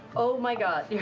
oh my god,